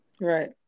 right